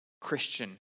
Christian